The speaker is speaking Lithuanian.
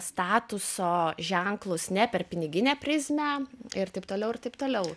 statuso ženklus ne per piniginę prizmę ir taip toliau ir taip toliau